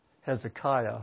Hezekiah